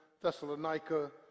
Thessalonica